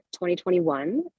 2021